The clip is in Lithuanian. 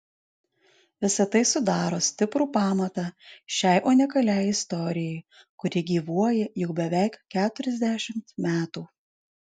visa tai sudaro stiprų pamatą šiai unikaliai istorijai kuri gyvuoja jau beveik keturiasdešimt metų